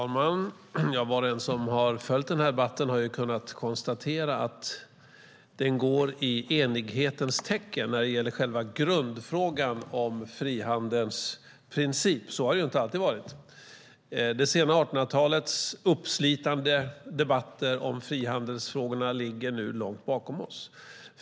Herr talman! Var och en som har följt debatten har kunnat konstatera att den går i enighetens tecken när det gäller själva grundfrågan, nämligen frihandelns princip. Så har det inte alltid varit. Det sena 1800-talets uppslitande debatter om frihandelsfrågorna ligger långt bakom oss.